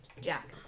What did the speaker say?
Jack